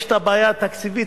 יש בעיה תקציבית,